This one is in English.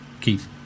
Keith